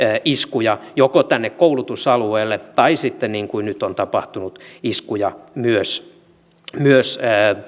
iskuja joko tänne koulutusalueelle tai sitten niin kuin nyt on tapahtunut iskuja myös myös